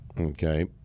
okay